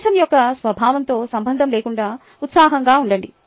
అంశం యొక్క స్వభావంతో సంబంధం లేకుండా ఉత్సాహంగా ఉండండి